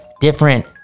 different